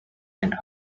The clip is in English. and